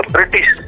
British